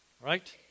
right